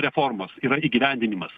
reformos yra įgyvendinimas